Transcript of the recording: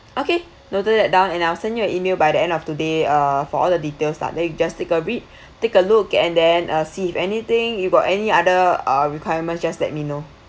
okay noted that down and I'll send you an email by the end of today uh for all the details lah then you just take a read take a look and then uh see if anything you got any other ah requirement just let me know